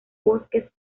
bosques